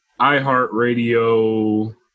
iHeartRadio